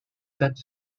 that